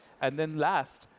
and then, last,